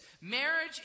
Marriage